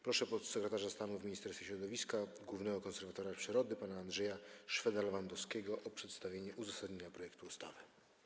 Proszę podsekretarza stanu w Ministerstwie Środowiska, głównego konserwatora przyrody pana Andrzeja Szwedę-Lewandowskiego o przedstawienie uzasadnienia projektu ustawy.